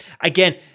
again